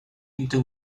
into